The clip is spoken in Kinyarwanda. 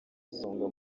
isonga